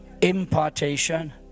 impartation